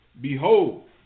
Behold